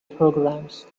programs